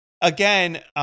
again